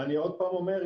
ואני עוד פעם אומר,